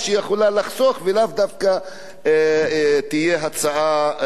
והיא לאו דווקא תהיה הצעה תקציבית.